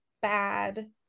bad